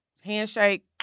Handshake